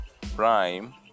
prime